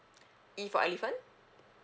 E for elephant